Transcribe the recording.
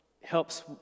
helps